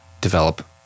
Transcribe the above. develop